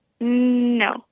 No